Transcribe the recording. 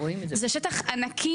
ולראות שזה שטח ענק,